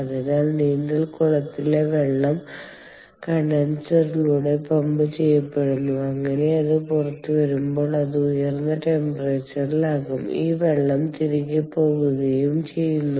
അതിനാൽ നീന്തൽക്കുളത്തിലെ വെള്ളം കണ്ടൻസറിലൂടെ പമ്പ് ചെയ്യപ്പെടുന്നു അങ്ങനെ അത് പുറത്തുവരുമ്പോൾ അത് ഉയർന്ന ടെമ്പറേച്ചറിലാകും ഈ വെള്ളം തിരികെ പോകുകയും ചെയ്യുന്നു